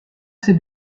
ses